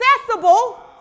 accessible